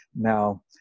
Now